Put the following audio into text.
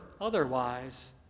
otherwise